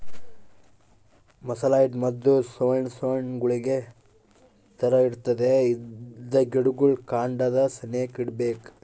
molluscicide ಮದ್ದು ಸೊಣ್ ಸೊಣ್ ಗುಳಿಗೆ ತರ ಇರ್ತತೆ ಇದ್ನ ಗಿಡುಗುಳ್ ಕಾಂಡದ ಸೆನೇಕ ಇಡ್ಬಕು